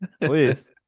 Please